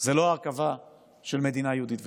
זה לא הרכבה של מדינה יהודית ודמוקרטית.